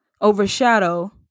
overshadow